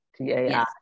T-A-I